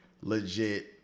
legit